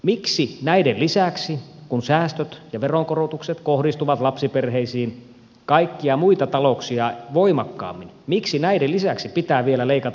miksi näiden lisäksi kun säästöt ja veronkorotukset kohdistuvat lapsiperheisiin kaikkia muita talouksia voimakkaammin pitää vielä leikata lapsilisää